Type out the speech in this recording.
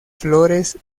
flores